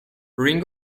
ring